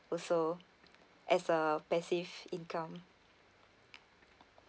also as a passive income